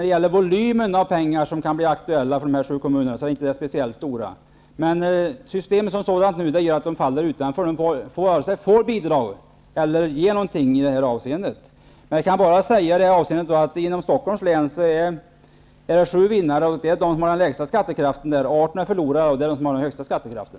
Den volym pengar som kan bli aktuell för dessa sju kommuner är inte särskilt stor. Systemet som sådant gör att kommunerna faller utanför. De får inte bidrag och kan inte ge något i det här avseendet. Inom Stockholms län finns sju vinnare. Det är de kommuner som har den lägsta skattekraften. Det finns 18 förlorare -- de som har den högsta skattekraften.